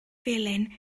felen